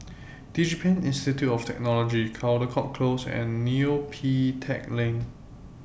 Digipen Institute of Technology Caldecott Close and Neo Pee Teck Lane